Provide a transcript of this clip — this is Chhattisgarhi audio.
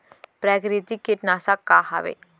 प्राकृतिक कीटनाशक का हवे?